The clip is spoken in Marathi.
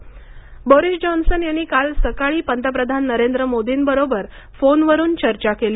बोरिस जॉन्सन यांनी काल सकाळी पंतप्रधान नरेंद्र मोदींबरोबर फोनवरुन चर्चा केली